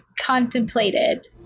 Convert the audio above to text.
contemplated